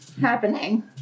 happening